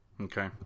Okay